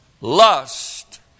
lust